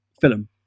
film